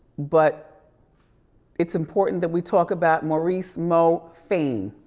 but it's important that we talk about maurice mo fayne.